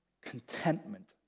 contentment